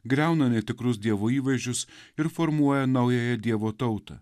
griauna netikrus dievo įvaizdžius ir formuoja naująją dievo tautą